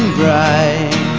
bright